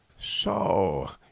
So